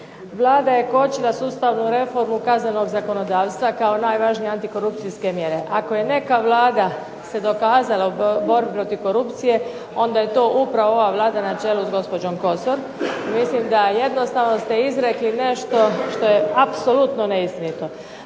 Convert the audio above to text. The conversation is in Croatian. Vlada je kočila sustavnu reformu kaznenog zakonodavstva kao najvažnije antikorupcijske mjere. Ako je neka Vlada se dokazala u borbi protiv korupcije, onda je to upravo ova Vlada na čelu s gospođom Kosor. Mislim da jednostavno ste izrekli nešto što je apsolutno neistinito.